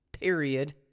period